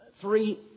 three